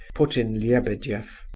put in lebedeff.